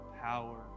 power